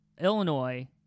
Illinois